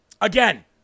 Again